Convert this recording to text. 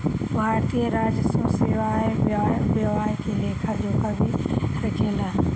भारतीय राजस्व सेवा आय व्यय के लेखा जोखा भी राखेले